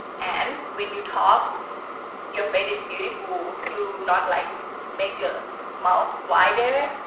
and when you talk your face is beautiful. you not like make your mouth wider.